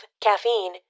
caffeine